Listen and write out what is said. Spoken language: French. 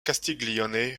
castiglione